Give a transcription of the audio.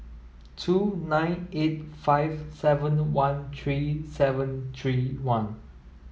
two nine eight five seven one three seven three one